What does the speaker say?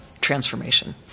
transformation